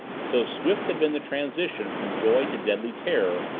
so swift had been the transition from joy to deadly terror,